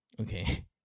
okay